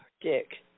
Dick